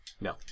No